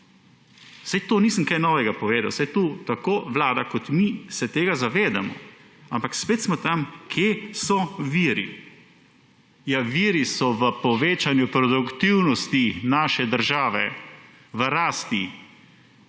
Saj nisem kaj novega povedal, saj tukaj tako vlada kot mi se tega zavedamo, ampak spet smo tam, kje so viri. Viri so v povečanju produktivnosti naše države, v rasti.